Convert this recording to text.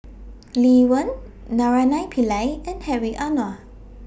Lee Wen Naraina Pillai and Hedwig Anuar